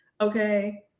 okay